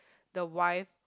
the wife